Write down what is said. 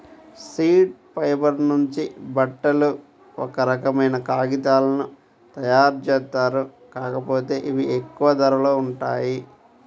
seed fibre నుంచి బట్టలు, ఒక రకమైన కాగితాలను తయ్యారుజేత్తారు, కాకపోతే ఇవి ఎక్కువ ధరలో ఉంటాయి